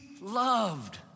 loved